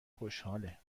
خوشحاله